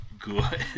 good